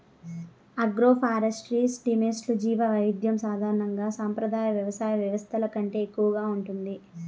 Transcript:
agroforestry సిస్టమ్స్లో జీవవైవిధ్యం సాధారణంగా సంప్రదాయ వ్యవసాయ వ్యవస్థల కంటే ఎక్కువగా ఉంటుంది